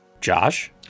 Josh